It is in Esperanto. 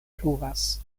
pluvas